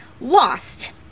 lost